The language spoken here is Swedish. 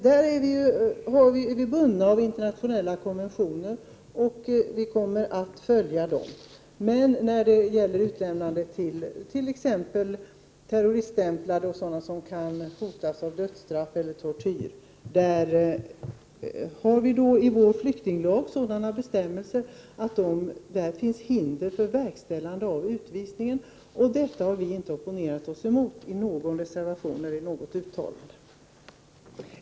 Där är vi bundna av internationella konventioner, och vi kommer att följa dem. Vi har i vår flyktinglag sådana bestämmelser som hindrar ett verkställande av utvisning och utlämnande av brottslingar, som är t.ex. terroriststämplade eller som kan hotas av dödsstraff eller tortyr. Vi i miljöpartiet har inte opponerat oss mot detta i någon reservation eller uttalande.